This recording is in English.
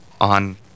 on